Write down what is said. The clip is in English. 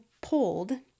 pulled